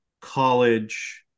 college